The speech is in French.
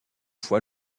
fois